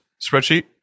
spreadsheet